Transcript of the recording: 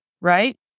Right